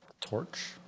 Torch